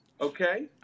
Okay